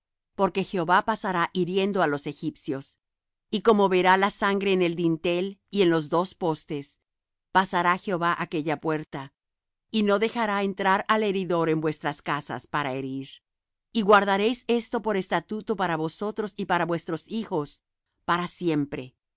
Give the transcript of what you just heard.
porque jehová pasará hiriendo á los egipcios y como verá la sangre en el dintel y en los dos postes pasará jehová aquella puerta y no dejará entrar al heridor en vuestras casas para herir y guardaréis esto por estatuto para vosotros y para vuestros hijos para siempre